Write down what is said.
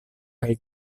kaj